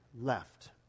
left